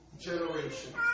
generation